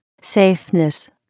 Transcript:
safeness